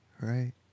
right